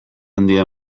handia